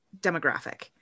demographic